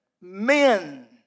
men